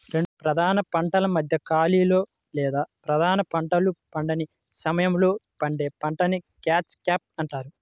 రెండు ప్రధాన పంటల మధ్య ఖాళీలో లేదా ప్రధాన పంటలు పండని సమయంలో పండే పంటని క్యాచ్ క్రాప్ అంటారు